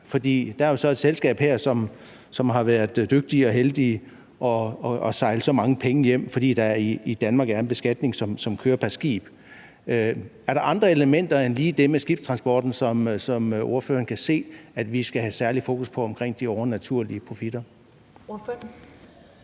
der er jo så et selskab her, som har været dygtige og heldige at sejle så mange penge hjem, fordi der i Danmark er en beskatning, som kører pr. skib. Er der andre elementer end lige det med skibstransporten, som ordføreren kan se vi skal have særligt fokus på omkring de overnaturlige profitter? Kl.